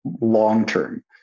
long-term